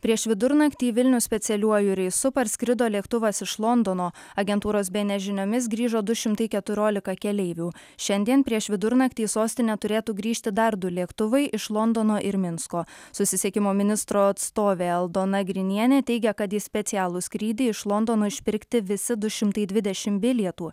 prieš vidurnaktį į vilnių specialiuoju reisu parskrido lėktuvas iš londono agentūros bns žiniomis grįžo du šimtai keturiolika keleivių šiandien prieš vidurnaktį į sostinę turėtų grįžti dar du lėktuvai iš londono ir minsko susisiekimo ministro atstovė aldona grinienė teigia kad į specialų skrydį iš londono išpirkti visi du šimtai dvidešimt bilietų